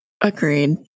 Agreed